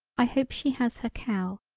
i hope she has her cow.